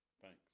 Thanks